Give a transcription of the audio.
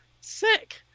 sick